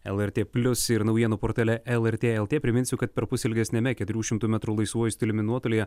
lrt plius ir naujienų portale lrt lt priminsiu kad perpus ilgesniame keturių šimtų metrų laisvuoju stiliumi nuotolyje